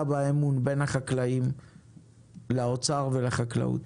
באמון בין החקלאים לאוצר ולחקלאות.